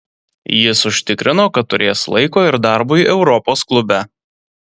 jis užtikrino kad turės laiko ir darbui europos klube